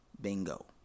Bingo